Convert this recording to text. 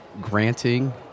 granting